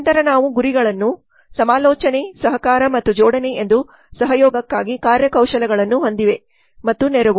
ನಂತರ ನಾವು ಗುರಿಗಳನ್ನು ಸಮಾಲೋಚನೆ ಸಹಕಾರ ಮತ್ತು ಜೋಡಣೆ ಎಂದು ಸಹಯೋಗಕ್ಕಾಗಿ ಕಾರ್ಯಕೌಶಲಗಳನ್ನು ಹೊಂದಿವೆ cooptation ಮತ್ತು ನೆರವು